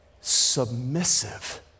submissive